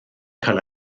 cael